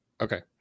Okay